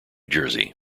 jersey